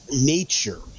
nature